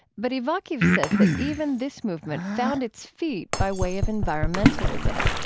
but ivakhiv says that even this movement found its feet by way of environmentalism.